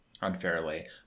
unfairly